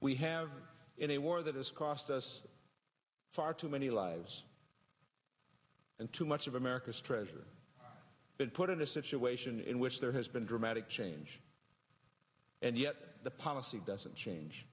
we have in a war that has cost us far too many lives and too much of america's treasure been put in a situation in which there has been dramatic change and yet the policy doesn't change